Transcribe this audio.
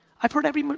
i've heard every.